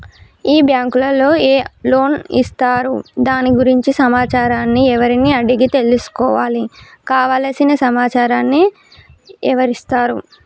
ఈ బ్యాంకులో ఏ లోన్స్ ఇస్తారు దాని గురించి సమాచారాన్ని ఎవరిని అడిగి తెలుసుకోవాలి? కావలసిన సమాచారాన్ని ఎవరిస్తారు?